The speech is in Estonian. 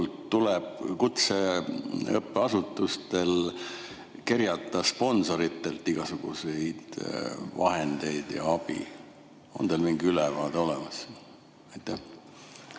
tuleb kutseõppeasutustel kerjata sponsoritelt igasuguseid vahendeid ja abi? On teil mingi ülevaade olemas? Aitäh!